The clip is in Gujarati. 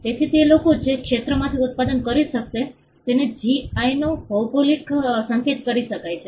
તેથી તે લોકો જે તે ક્ષેત્રમાંથી ઉત્પાદન કરી શકશે તેઓ જીઆઈનો ભૌગોલિક સંકેત કરી શકે છે